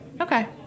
Okay